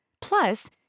Plus